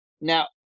Now